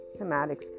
somatics